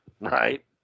right